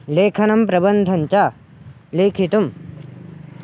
लेखनं प्रबन्धञ्च लेखितुं